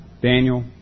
Daniel